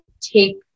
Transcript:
take